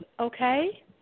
okay